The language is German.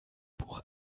buch